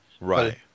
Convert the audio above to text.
Right